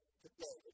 today